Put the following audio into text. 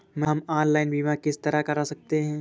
हम ऑनलाइन बीमा किस तरह कर सकते हैं?